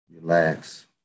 relax